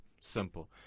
Simple